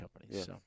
companies